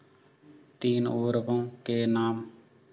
तीन उर्वरकों के नाम?